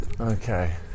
okay